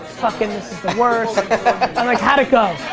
fuckin' this is the worst. i'm like, how'd it go?